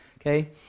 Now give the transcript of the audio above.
Okay